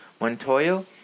Montoyo